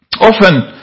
Often